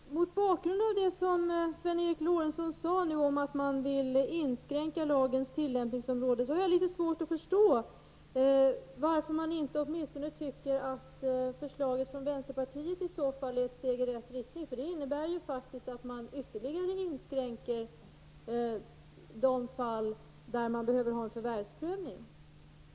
Fru talman! Mot bakgrund av det som Sven Eric Lorentzon sade om att man vill inskränka lagens tillämpningsområde har jag litet svårt att förstå varför man i så fall inte anser att vänsterpartiets förslag är ett steg i rätt riktning. Vårt förslag innebär en ytterligare inskränkning av de fall där det behövs en förvärvsprövning.